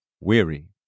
weary